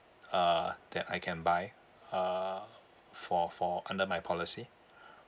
uh that I can buy uh for for under my policy